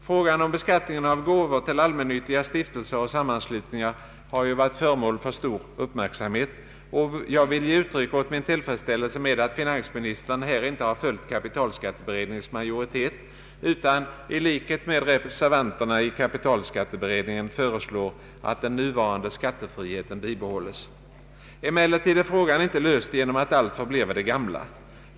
Frågan om beskattningen av gåvor till allmännyttiga stiftelser och sammanslutningar har ju varit föremål för stor uppmärksamhet, och jag vill ge uttryck åt min tillfredsställelse med att finansministern här inte har följt kapitalskatteberedningens majoritet utan — i likhet med reservanterna i kapitalskatteberedningen — föreslår att den nuvarande skattefriheten bibehålles. Emellertid är frågan inte löst genom att allt förblir vid det gamla.